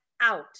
out